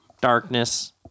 darkness